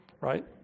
right